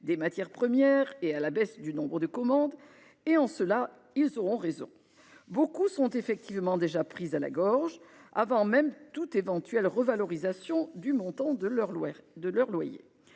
des matières premières et à la baisse des commandes. En cela, ils auront raison : beaucoup sont de fait déjà pris à la gorge, avant même toute éventuelle revalorisation du montant de leur loyer.